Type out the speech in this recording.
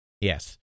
Yes